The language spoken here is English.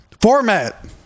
Format